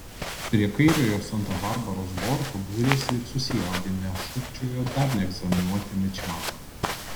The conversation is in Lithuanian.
prie kairiojo santa barbaros borto būrėsi ir susijaudinę šūkčiojo dar neegzaminuoti mičmanai